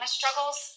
struggles